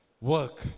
work